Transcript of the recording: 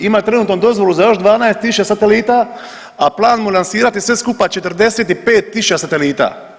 Ima trenutno dozvolu za još 12000 satelita, a plan mu je lansirati sve skupa 45000 satelita.